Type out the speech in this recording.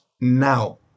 now